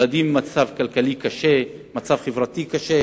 ילדים ממצב כלכלי קשה וחברתי קשה